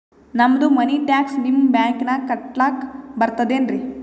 ನಮ್ದು money tax ನಿಮ್ಮ ಬ್ಯಾಂಕಿನಾಗ ಕಟ್ಲಾಕ ಬರ್ತದೇನ್ರಿ?